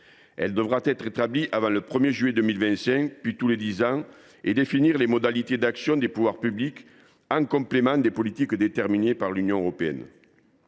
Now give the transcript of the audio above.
ci devra être établie avant le 1 juillet 2025, puis tous les dix ans, et définir les modalités d’action des pouvoirs publics, en complément des politiques déterminées par l’Union européenne.